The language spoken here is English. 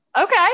Okay